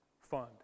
Fund